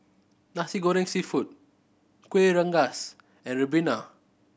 Nasi Goreng Seafood Kueh Rengas and ribena